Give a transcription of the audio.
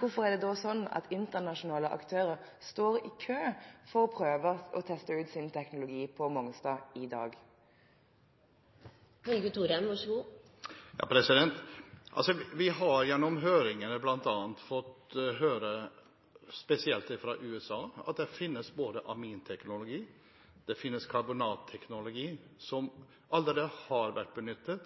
hvorfor står da internasjonale aktører i kø for å prøve og teste ut sin teknologi på Mongstad i dag? Vi har gjennom høringen bl.a. fått høre, spesielt fra USA, at det finnes både aminteknologi og karbonatteknologi, som allerede har vært benyttet,